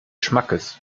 schmackes